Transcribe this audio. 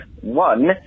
one